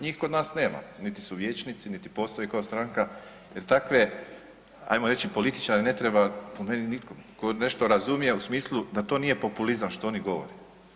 Njih kod nas nema, niti su vijećnici, niti postoje kao stranka jer takve ajmo reći političare ne treba po meni nitko tko nešto razumije u smislu da to nije populizam što oni govore.